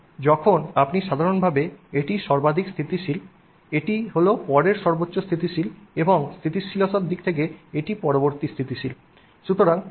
এবং যখন আপনি সাধারণভাবে এটি সর্বাধিক স্থিতিশীল এটি হল পরের সর্বোচ্চ স্থিতিশীল এবং স্থিতিশীলতার দিক থেকে এটি পরবর্তী স্থিতিশীল